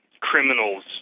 criminals